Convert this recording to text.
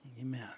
Amen